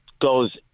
goes